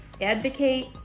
advocate